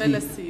ולסיום?